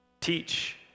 Teach